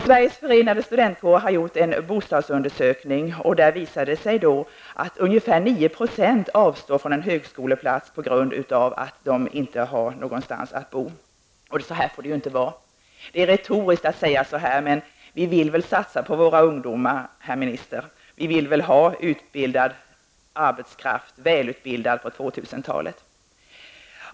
Sveriges förenade studentkårer har gjort en bostadsundersökning, som visar att ungefär 9 % av studenterna avstår från en högskoleplats på grund av att de inte har någonstans att bo. Så här får det ju inte vara. Det är retoriskt att säga på detta sätt, men vi vill väl satsa på våra ungdomar, herr minister, vi vill väl på 2000-talet ha välutbilad arbetskraft.